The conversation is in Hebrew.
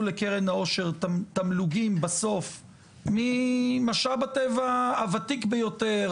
לקרן העושר תמלוגים ממשאב הטבע הוותיק ביותר,